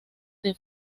the